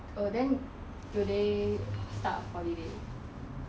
oh then do they start holiday